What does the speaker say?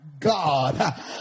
God